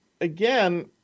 again